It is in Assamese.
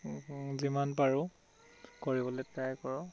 যিমান পাৰো কৰিবলৈ ট্ৰাই কৰোঁ